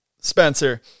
Spencer